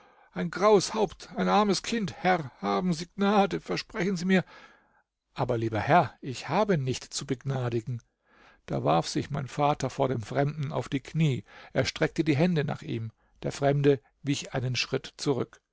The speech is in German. ein graues haupt ein armes kind herr haben sie gnade versprechen sie mir aber lieber herr ich habe nicht zu begnadigen da warf sich mein vater vor dem fremden auf die knie er streckte die hände nach ihm der fremde wich einen schritt zurück